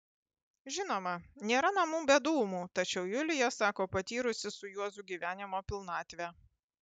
žinoma nėra namų be dūmų tačiau julija sako patyrusi su juozu gyvenimo pilnatvę